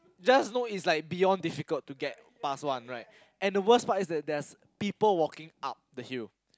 just know it's like beyond difficult to get past one right and the worst part is that there's people walking up the hill